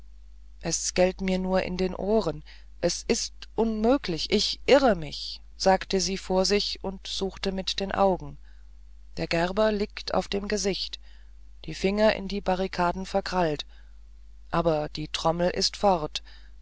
es gellt mir nur in den ohren es ist unmöglich ich irre mich sagte sie sich vor und suchte mit den augen der gerber liegt auf dem gesicht die finger in die barrikaden verkrallt aber die trommel ist fort